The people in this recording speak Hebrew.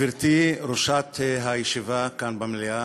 גברתי ראשת הישיבה כאן במליאה,